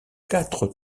quatre